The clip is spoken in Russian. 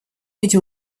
эти